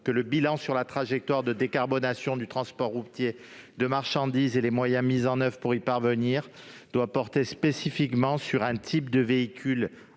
que le bilan sur la trajectoire de décarbonation du transport routier de marchandises et les moyens mis en oeuvre pour y parvenir doivent porter spécifiquement sur un type de véhicule